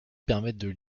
permettent